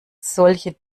solche